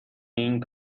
این